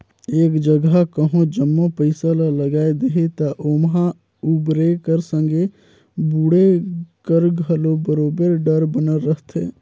एक जगहा कहों जम्मो पइसा ल लगाए देहे ता ओम्हां उबरे कर संघे बुड़े कर घलो बरोबेर डर बनल रहथे